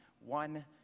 one